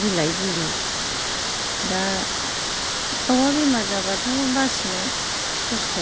बिलाइ बिलि दा दाउआ बेमार जाबाथ' बासिनो खस्थ'